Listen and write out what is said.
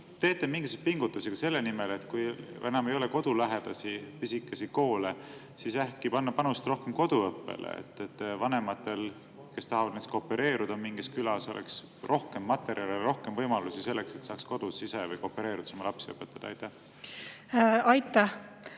teete mingeid pingutusi ka selle nimel, et kui enam ei ole kodulähedasi pisikesi koole, siis äkki panustada rohkem koduõppele, et vanematel, kes tahavad näiteks koopereeruda mingis külas, oleks rohkem materjale, rohkem võimalusi selleks, et saaks kodus ise või koopereerudes oma lapsi õpetada. Suur